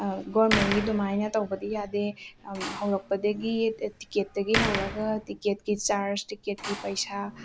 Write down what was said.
ꯒꯣꯔꯃꯦꯟꯒꯤ ꯑꯗꯨꯃꯥꯏꯅ ꯇꯧꯕꯗꯤ ꯌꯥꯗꯦ ꯍꯧꯔꯛꯄꯗꯒꯤ ꯇꯤꯛꯀꯦꯠꯇꯒꯤ ꯍꯧꯔꯒ ꯇꯤꯛꯀꯦꯠꯀꯤ ꯆꯥꯔꯖ ꯇꯤꯛꯀꯦꯠꯀꯤ ꯄꯩꯁꯥ